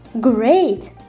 Great